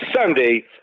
Sunday